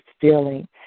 feeling